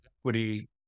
equity